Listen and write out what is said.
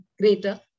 greater